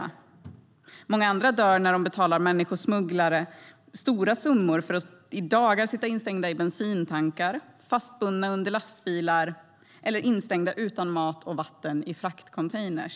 Det är många andra som dör, som betalat människosmugglare stora summor för att i dagar sitta instängda i bensintankar, fastbundna under lastbilar eller instängda utan mat och vatten i fraktcontainrar.